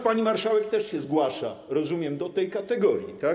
Pani marszałek też się zgłasza rozumiem do tej kategorii, tak?